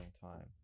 time